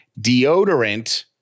Deodorant